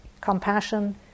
compassion